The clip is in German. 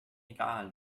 egal